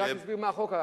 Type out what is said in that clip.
אני רק אסביר מה החוק.